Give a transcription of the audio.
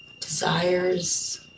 desires